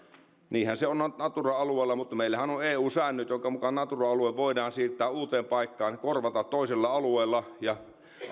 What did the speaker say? niinhän se on natura alueella mutta meillähän on eu säännöt joiden mukaan natura alue voidaan siirtää uuteen paikkaan korvata toisella alueella ja